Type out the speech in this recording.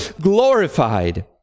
glorified